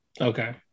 Okay